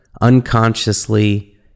unconsciously